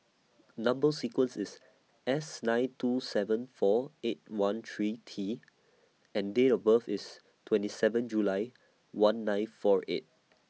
Number sequence IS S nine two seven four eight one three T and Date of birth IS twenty seven July one nine four eight